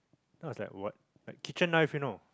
then I was like what like kitchen knife you know